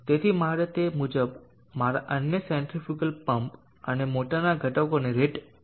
તેથી મારે તે મુજબ મારા અન્ય સેન્ટ્રિફ્યુગલ પંપ અને મોટરના ઘટકોને રેટ કરવા પડશે